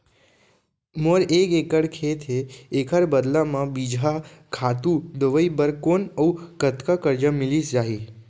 मोर एक एक्कड़ खेत हे, एखर बदला म बीजहा, खातू, दवई बर कोन अऊ कतका करजा मिलिस जाही?